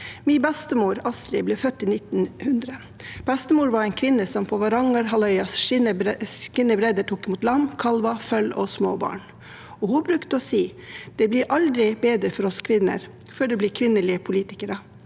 Min bestemor Astrid ble født i 1900. Bestemor var en kvinne som på Varangerhalvøyas skrinne bredder tok imot lam, kalver, føll og småbarn. Hun pleide å si: Det blir aldri bedre for oss kvinner før det blir kvinnelige politikere.